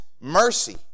mercy